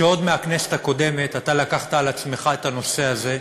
שעוד מהכנסת הקודמת אתה לקחת על עצמך את הנושא הזה.